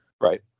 Right